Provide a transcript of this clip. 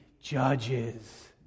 judges